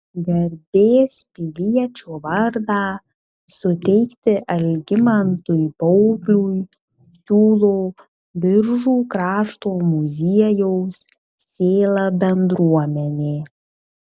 garbės piliečio vardą suteikti algimantui baubliui siūlo biržų krašto muziejaus sėla bendruomenė